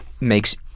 makes